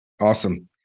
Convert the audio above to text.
Awesome